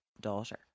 daughter